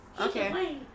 okay